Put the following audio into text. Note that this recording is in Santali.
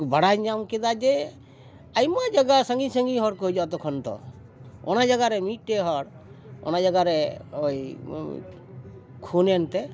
ᱵᱟᱰᱟᱭ ᱧᱟᱢ ᱠᱮᱫᱟ ᱡᱮ ᱟᱭᱢᱟ ᱡᱟᱭᱜᱟ ᱥᱟᱺᱜᱤᱧ ᱥᱟᱺᱜᱤᱧ ᱦᱚᱲ ᱠᱚ ᱦᱤᱡᱩᱜᱼᱟ ᱛᱚᱠᱷᱚᱱ ᱫᱚ ᱚᱱᱟ ᱡᱟᱭᱜᱟ ᱨᱮ ᱢᱤᱫᱴᱮᱡ ᱦᱚᱲ ᱚᱱᱟ ᱡᱟᱭᱜᱟ ᱨᱮ ᱳᱭ ᱠᱷᱩᱱᱮᱱ ᱛᱮ